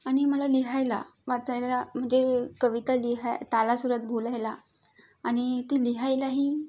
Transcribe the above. आणि मला लिहायला वाचायला म्हणजे कविता लिहायला तालासुरात बोलायला आणि ती लिहायलाही